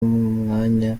umwanya